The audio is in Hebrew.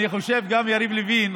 אני חושב שגם יריב לוין,